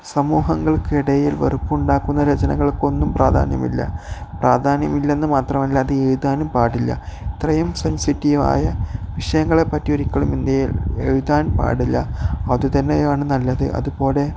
സമൂഹങ്ങൾക്കിടയിൽ വെറുപ്പ് ഉണ്ടാക്കുന്ന രചനങ്ങൾക്കൊന്നും പ്രാധാന്യമില്ല പ്രാധാന്യമില്ലെന്നു മാത്രമല്ല അത് എയുതാനും പാടില്ല ഇത്രയും സെൻസിറ്റീവായ വിഷയങ്ങളെപ്പറ്റിയൊരിക്കലും ഇന്ത്യയിൽ എഴുതാൻ പാടില്ല അതുതന്നെയാണ് നല്ലത് അതുപോലെ